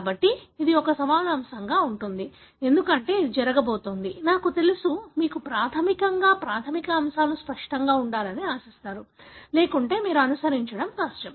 కాబట్టి ఇది ఒక సవాలు అంశంగా ఉంటుంది ఎందుకంటే ఇది జరగబోతోంది నాకు తెలుసు మీకు ప్రాథమికంగా ప్రాథమిక అంశాలు స్పష్టంగా ఉండాలని ఆశిస్తారు లేకుంటే మీరు అనుసరించడం కష్టం